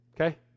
okay